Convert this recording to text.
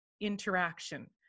interaction